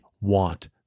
want